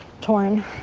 torn